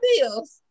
bills